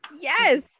Yes